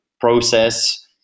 process